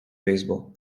beisebol